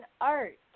art